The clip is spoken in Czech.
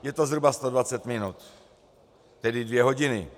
Je to zhruba 120 minut, tedy dvě hodiny.